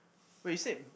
when you said